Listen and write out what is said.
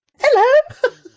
Hello